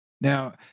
Now